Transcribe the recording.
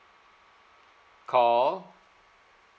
call